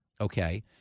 okay